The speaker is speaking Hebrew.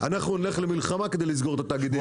אנחנו נלך למלחמה כדי לסגור את התאגידים.